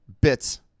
bits